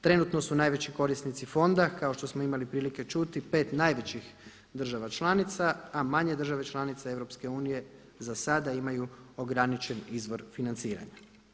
Trenutno su najveći korisnici fonda kao što smo imali prilike čuti pet najvećih država članica a manje države članice Europske unije za sada imaju ograničen izbor financiranja.